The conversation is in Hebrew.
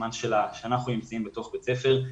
לזמן שאנחנו נמצאים בתוך בית ספר,